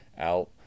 out